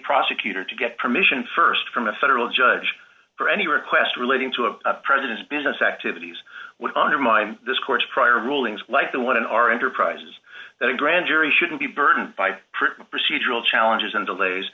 prosecutor to get permission st from a federal judge for any request relating to a president's business activities would undermine this court's prior rulings like the one in our enterprise is that a grand jury shouldn't be burdened by procedural challenges and delays